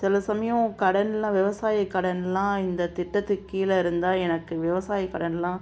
சில சமயம் கடனெலாம் விவசாய கடனெலாம் இந்த திட்டத்துக்கு கீழே இருந்தால் எனக்கு விவசாய கடனெலாம்